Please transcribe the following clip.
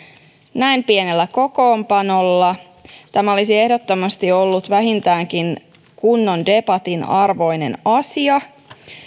näin pienellä kokoonpanolla tämä olisi ehdottomasti ollut vähintäänkin kunnon debatin arvoinen asia